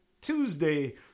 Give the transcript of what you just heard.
Tuesday